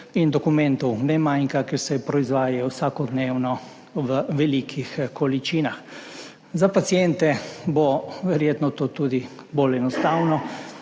in dokumentov ne manjka, ker se proizvajajo vsakodnevno v velikih količinah. Za paciente bo verjetno to tudi bolj enostavno.